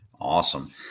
Awesome